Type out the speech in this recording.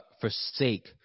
forsake